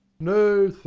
no,